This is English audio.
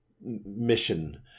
mission